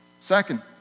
Second